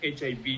HIV